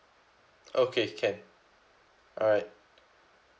okay can alright